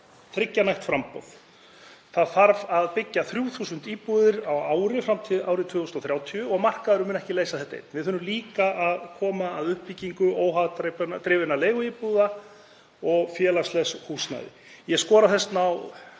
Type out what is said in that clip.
tryggja nægt framboð. Það þarf að byggja 3.000 íbúðir á ári fram til ársins 2030 og markaðurinn mun ekki leysa þetta einn. Við þurfum líka að koma að uppbyggingu óhagnaðardrifinna leiguíbúða og félagslegs húsnæðis. Ég skora á